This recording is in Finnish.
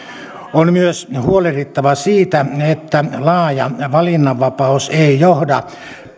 on myös huolehdittava siitä että laaja valinnanvapaus ei johda